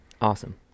Awesome